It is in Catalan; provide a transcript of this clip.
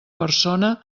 persona